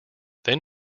then